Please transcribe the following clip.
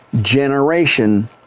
generation